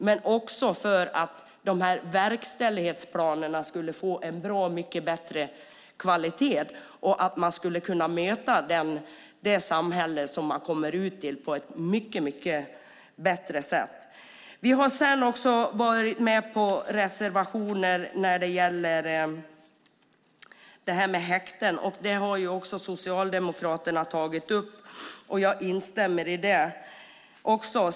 Men också verkställighetsplanerna skulle då få en bra mycket bättre kvalitet, och de som kommer ut från anstalterna skulle kunna möta det samhälle som de kommer ut till på ett mycket bättre sätt. Vi har varit med på reservationer som gäller häkten. Socialdemokraterna har tagit upp detta, och jag instämmer i det.